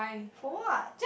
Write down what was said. for what